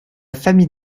famille